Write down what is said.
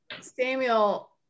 Samuel